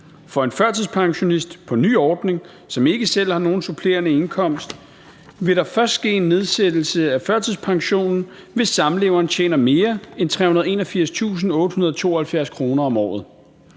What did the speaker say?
For en førtidspensionist på ny ordning, som ikke selv har nogen supplerende indkomst, vil der først ske en nedsættelse af førtidspensionen, hvis samleveren tjener mere end 381.872 kr. om året,